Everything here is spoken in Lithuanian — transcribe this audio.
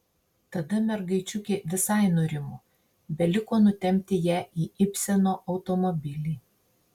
tada mergaičiukė visai nurimo beliko nutempti ją į ibseno automobilį